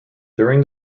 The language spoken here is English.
during